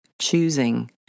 Choosing